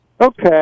Okay